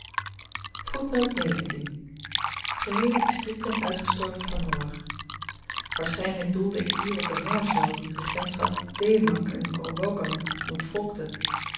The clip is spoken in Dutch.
geheele distrikten uitgestorven van honger waarschynlyk doelde ik hier op den hongersnood die t regentschap demak en grobogan ontvolkte